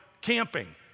camping